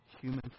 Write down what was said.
human